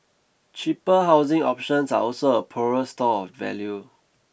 cheaper housing options are also a poorer store of value